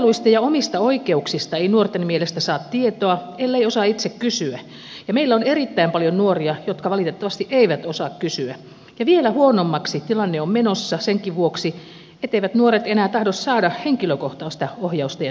palveluista ja omista oikeuksista ei nuorten mielestä saa tietoa ellei osaa itse kysyä ja meillä on erittäin paljon nuoria jotka valitettavasti eivät osaa kysyä ja vielä huonommaksi tilanne on menossa senkin vuoksi etteivät nuoret enää tahdo saada henkilökohtaista ohjausta ja neuvontaa